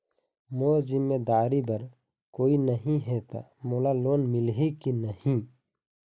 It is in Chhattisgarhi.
मोर जिम्मेदारी बर कोई नहीं हे त मोला लोन मिलही की नहीं?